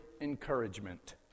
encouragement